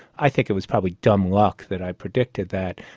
i think it was probably dumb luck that i predicted that,